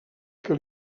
que